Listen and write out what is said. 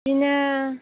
बिदिनो